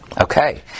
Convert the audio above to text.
Okay